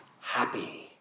happy